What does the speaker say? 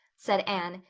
said anne,